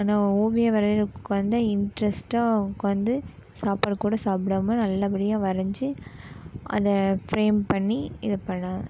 ஆனால் ஓவியம் வரையிறதுக்கு வந்து இன்ட்ரெஸ்ட்டாக உட்காந்து சாப்பாடு கூட சாப்பிடாம நல்லபடியாக வரைஞ்சி அதை ஃப்ரேம் பண்ணி இது பண்ணு